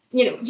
you know, yeah